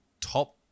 top